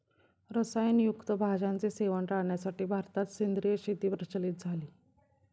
रसायन युक्त भाज्यांचे सेवन टाळण्यासाठी भारतात सेंद्रिय शेती प्रचलित झाली